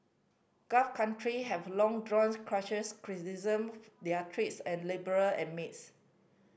gulf country have long drawn criticism their treatment and labourer and maids